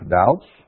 doubts